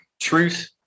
truth